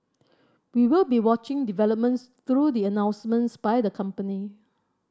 we will be watching developments through the announcements by the company